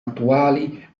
attuali